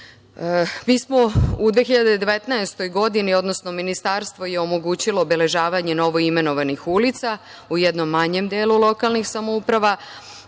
smo u 2019. godini, odnosno ministarstvo je omogućilo obeležavanje novoimenovanih ulica u jednom manjem delu lokalnih samouprava